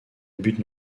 but